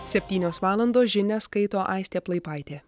septynios valandos žinias skaito aistė plaipaitė